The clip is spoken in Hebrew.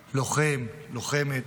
לוחם, לוחמת,